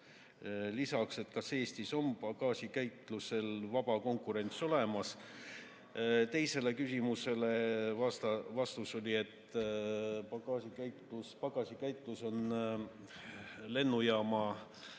Lisaks küsis, kas Eestis on pagasikäitlusel vaba konkurents olemas. Teisele küsimusele oli vastus, et pagasikäitlus on lennujaama